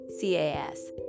CAS